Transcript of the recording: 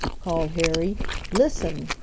called harry listen!